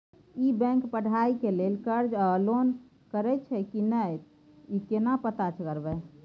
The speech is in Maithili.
ई बैंक पढ़ाई के लेल कर्ज आ लोन करैछई की नय, यो केना पता करबै?